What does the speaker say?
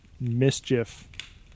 mischief